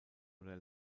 oder